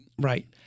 Right